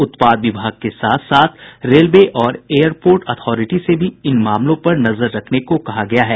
उत्पाद विभाग के साथ साथ रेलवे और एयरपोर्ट अथोरिटी से भी इन मामलों पर नजर रखने को कहा गया है